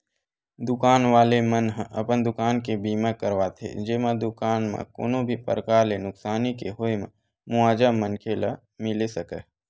दुकान वाले मन ह अपन दुकान के बीमा करवाथे जेमा दुकान म कोनो भी परकार ले नुकसानी के होय म मुवाजा मनखे ल मिले सकय